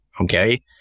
Okay